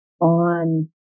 on